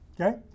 okay